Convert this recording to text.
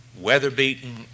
weather-beaten